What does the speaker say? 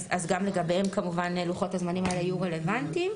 אז גם לגביהם כמובן שלוחות הזמנים האלה יהיו רלוונטיים.